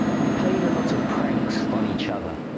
we played a lot of pranks on each other.